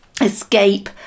Escape